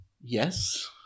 Yes